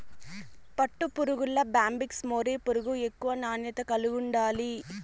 పట్టుపురుగుల్ల Bombyx mori పురుగు ఎక్కువ నాణ్యత కలిగుండాది